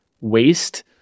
waste